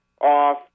off